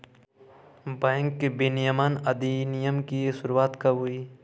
Bank विनियमन अधिनियम की शुरुआत कब हुई?